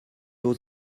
aux